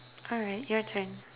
alright your turn